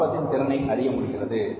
லாபத்தின் திறனை அறிய முடிகிறது